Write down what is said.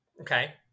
Okay